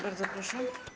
Bardzo proszę.